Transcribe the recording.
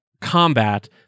combat